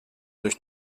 durch